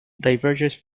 diverges